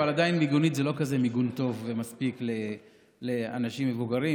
אבל עדיין מיגונית זה לא כזה מיגון טוב ומספיק לאנשים מבוגרים.